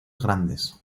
grandes